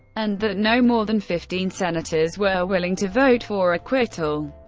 and that no more than fifteen senators were willing to vote for acquittal.